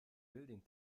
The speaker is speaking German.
building